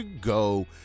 go